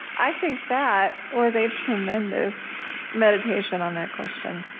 i think that was a tremendous meditation on that question,